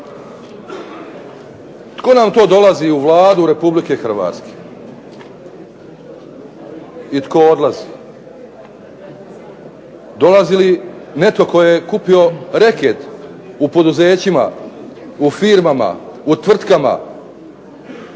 Tko nam to dolazi u Vladu Republike Hrvatske i tko odlazi, dolazi li netko tko je kupio reket u poduzećima, u firmama, u tvrtkama,